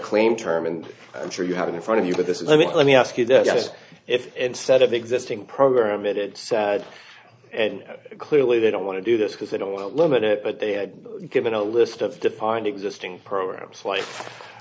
claim term and i'm sure you have it in front of you but this is i mean let me ask you this if instead of the existing program it it sad and clearly they don't want to do this because they don't want to limit it but they are given a list of defined existing programs